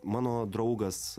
mano draugas